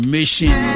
Mission